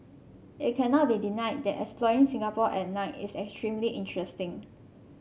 it cannot be denied that exploring Singapore at night is extremely interesting